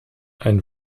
ein